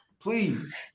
Please